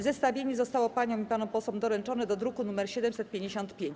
Zestawienie zostało paniom i panom posłom doręczone do druku nr 755.